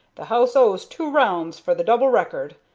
the house owes two rounds for the double record,